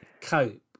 cope